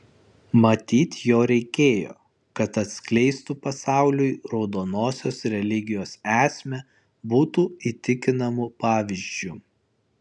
matyt jo reikėjo kad atskleistų pasauliui raudonosios religijos esmę būtų įtikinamu pavyzdžiu